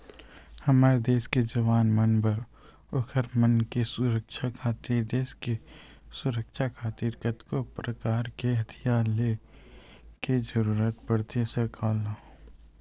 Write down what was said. हमर देस के जवान मन बर ओखर मन के सुरक्छा खातिर देस के सुरक्छा खातिर कतको परकार के हथियार ले के जरुरत पड़थे सरकार ल